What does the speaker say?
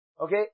Okay